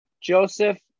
Joseph